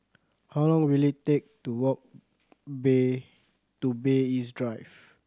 how long will it take to walk Bay to Bay East Drive